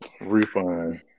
refund